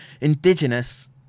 Indigenous